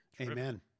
Amen